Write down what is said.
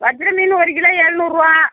வஞ்சரை மீனு ஒரு கிலோ எழுநூறுபா